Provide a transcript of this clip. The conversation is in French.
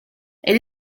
elle